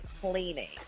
cleaning